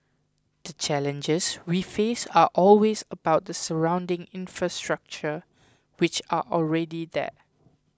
the challenges we face are always about the surrounding infrastructure which are already there